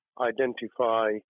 identify